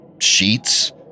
sheets